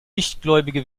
nichtgläubige